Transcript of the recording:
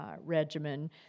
regimen